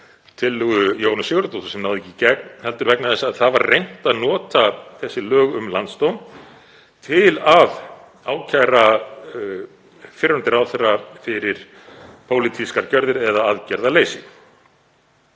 tillögu Jóhönnu Sigurðardóttur, sem náði ekki í gegn, heldur vegna þess að það var reynt að nota þessi lög um landsdóm til að ákæra fyrrverandi ráðherra fyrir pólitískar gjörðir eða aðgerðaleysi.